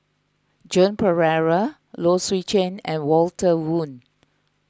Joan Pereira Low Swee Chen and Walter Woon